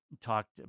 talked